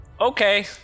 Okay